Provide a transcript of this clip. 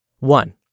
One